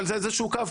אבל זה איזה שהוא קו,